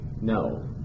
no